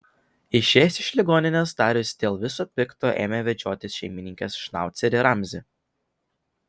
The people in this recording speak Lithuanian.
išėjęs iš ligoninės darius dėl viso pikto ėmė vedžiotis šeimininkės šnaucerį ramzį